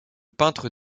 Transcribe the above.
peintre